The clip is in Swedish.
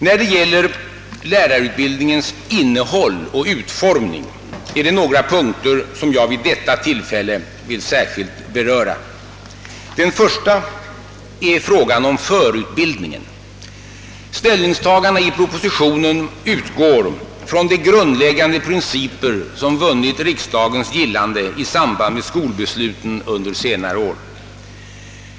När det gäller lärarutbildningens innehåll och utformning är det några punkter som jag vid detta tillfälle vill särskilt beröra. Den första är frågan om förutbildningen. Ställningstagandet i propositionen utgår från de grundläggande principer som vunnit riksdagens gillande i samband med skolbesluten under senare år.